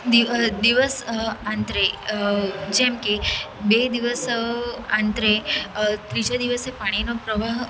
દીવ દિવસ આંતરે જેમ કે બે દિવસ આંતરે ત્રીજે દિવસે પાણીનો પ્રવાહ